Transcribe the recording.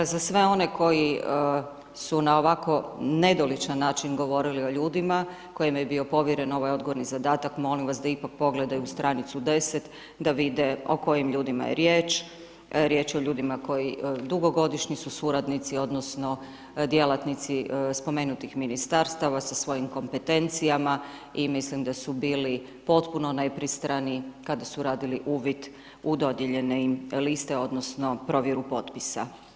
Za sve one koji su na ovako nedoličan način govorili o ljudima kojima je bio povjeren ovaj odgovorni zadatak, molim vas da ipak pogledaju stranicu 10 da vide o kojim ljudima je riječ, riječ je ljudima koji dugogodišnji su suradnici odnosno djelatnici spomenutih ministarstava sa svojim kompetencijama i mislim da su bili potpuno nepristrani kada su radili uvid u dodijeljene im liste odnosno provjeru potpisa.